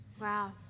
Wow